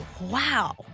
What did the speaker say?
wow